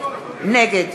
נגד